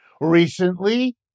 Recently